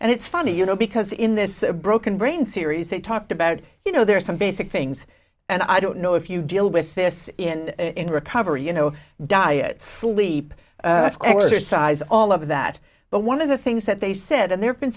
and it's funny you know because in this broken brain series they talked about you know there are some basic things and i don't know if you deal with this in in recovery you know diet sleep exercise all of that but one of the things that they said and there